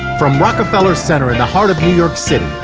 from rockefeller center in the heart of new york city,